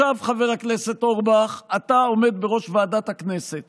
עכשיו, חבר הכנסת אורבך, אתה עומד בראש ועדת הכנסת